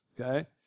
okay